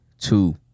two